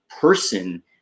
person